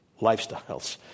lifestyles